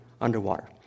underwater